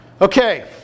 Okay